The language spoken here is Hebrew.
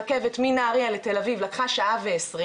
הרכבת מנהריה לתל אביב לקחה שעה ו-20,